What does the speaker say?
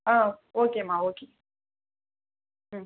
ஆ ஓகேம்மா ஓகே ம்